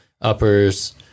uppers